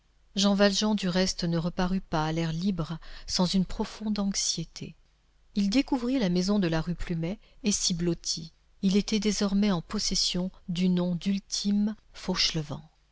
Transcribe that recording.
jean valjean du reste ne reparut pas à l'air libre sans une profonde anxiété il découvrit la maison de la rue plumet et s'y blottit il était désormais en possession du nom d'ultime